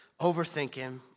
Overthinking